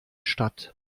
statt